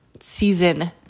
season